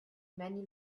many